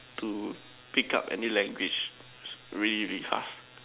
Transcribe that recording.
to pick up any language really really fast